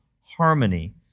harmony